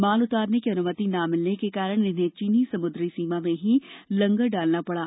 माल उतारने की अनुमति न मिलने के कारण इन्हें चीनी समुद्री सीमा में ही लंगर डालना पडा